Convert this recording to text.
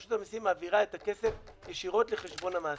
ורשות המיסים מעבירה את הכסף ישירות לחשבון המעסיק.